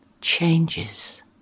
changes